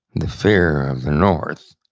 the fear of the north.